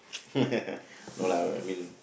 no lah I mean